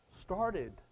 started